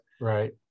right